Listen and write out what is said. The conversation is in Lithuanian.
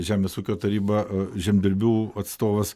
žemės ūkio taryba žemdirbių atstovas